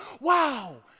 wow